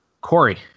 Corey